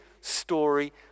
story